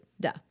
Duh